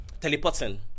Teleporting